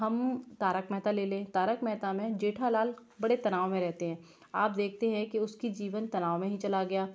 हम तारक मेहता ले लें तारक मेहता में जेठालाल बड़े तनाव में रहते हैं आप देखते हैं कि उसका जीवन तनाव में ही चला गया